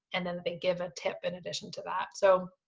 and then that they give a tip in addition to that. so,